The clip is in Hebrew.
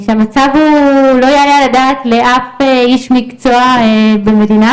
והמצב הוא לא יעלה על הדעת לאף איש מקצוע במדינה.